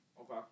okay